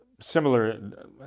similar